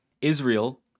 Israel